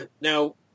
Now